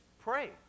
pray